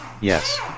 Yes